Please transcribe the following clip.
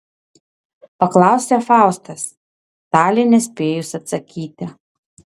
paklausė faustas talei nespėjus atsakyti